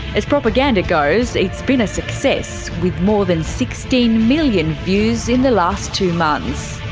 as propaganda goes, it's been a success, with more than sixteen million views in the last two months.